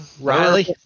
Riley